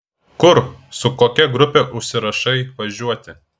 kur su kokia grupe užsirašai važiuoti